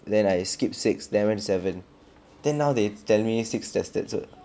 then I skip six then I went to seven then now they tell me six tested also